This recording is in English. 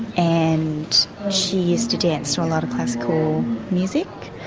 and she used to dance to a lot of classical music.